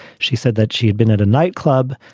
she said that she had been at a nightclub.